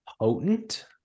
potent